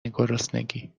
گرسنگی